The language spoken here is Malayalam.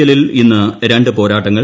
എല്ലിൽ ഇന്ന് രണ്ട് പോരാട്ടങ്ങൾ